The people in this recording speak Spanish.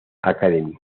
academy